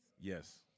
Yes